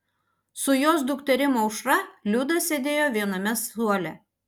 su jos dukterim aušra liuda sėdėjo viename suole